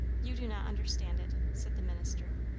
you do not understand it, said the minister,